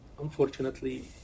unfortunately